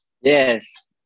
yes